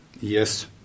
Yes